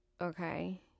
okay